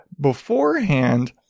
beforehand